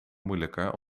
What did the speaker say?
moeilijker